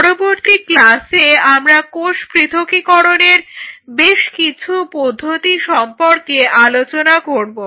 পরবর্তী ক্লাসে আমরা কোষ পৃথকীকরণের বেশ কিছু পদ্ধতি সম্পর্কে আলোচনা করব